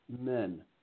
men